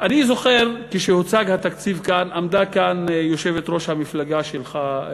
זוכר שכשהוצג כאן התקציב עמדה כאן יושבת-ראש המפלגה שלך,